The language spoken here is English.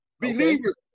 believers